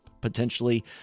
potentially